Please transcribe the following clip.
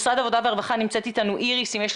איריס, ממשרד העבודה והרווחה, נמצאת אתנו.